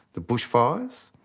the bushfires.